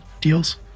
deals